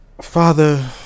Father